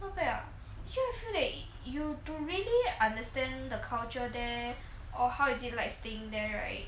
not bad ah just right you to really understand the culture there or how is it like staying there right